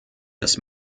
des